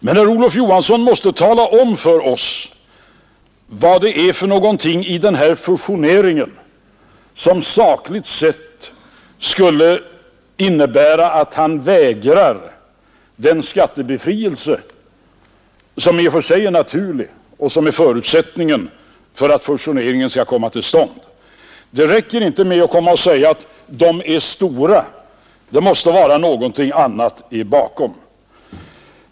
Men herr Olof Johansson måste tala om för oss vad det är i den här fusioneringen som sakligt sett skulle innebära att han vägrar den skattebefrielse som i och för sig är naturlig och som är förutsättningen för att fusioneringen skall komma till stånd. Det räcker inte med att säga att bankerna är stora; det måste vara någonting annat bakom.